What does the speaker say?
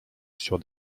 sur